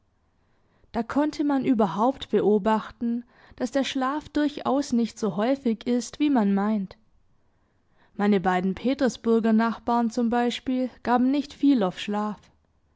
da konnte man überhaupt beobachten daß der schlaf durchaus nicht so häufig ist wie man meint meine beiden petersburger nachbaren zum beispiel gaben nicht viel auf schlaf